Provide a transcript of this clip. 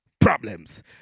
problems